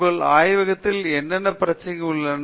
உங்கள் ஆய்வகத்தில் என்னென்ன பிரச்சனைகள் உள்ளன